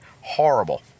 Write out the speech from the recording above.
Horrible